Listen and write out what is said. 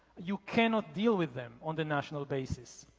you cannot deal with them on the national basis.